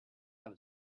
have